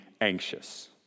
anxious